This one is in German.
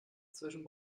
zwischen